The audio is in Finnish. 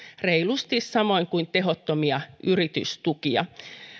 reilusti samoin kuin tehottomia yritystukia